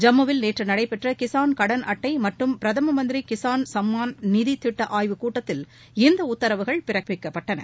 ஜம்முவில் நேற்று நடைபெற்ற கிசான் கடன் அட்டை மட்டும் பிரதம மந்திரி கிஷான் சும்மான் நிதி திட்ட ஆய்வு கூட்டத்தில் இந்த உத்தரவுகள் பிறப்பிக்கப்பட்டன